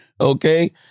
Okay